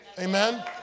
Amen